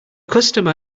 customer